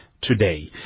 Today